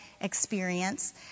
experience